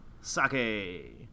sake